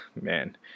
man